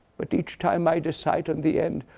but each time i decide, in the end,